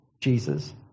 Jesus